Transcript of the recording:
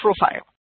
profile